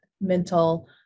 mental